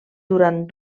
durant